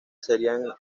serían